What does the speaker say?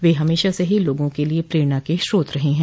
वे हमेशा से ही लोगों के लिए प्रेरणा का स्रोत रहे हैं